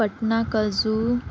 پٹنہ کا زو